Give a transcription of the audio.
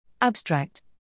Abstract